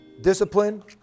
discipline